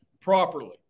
properly